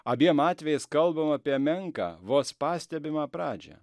abiem atvejais kalbama apie menką vos pastebimą pradžią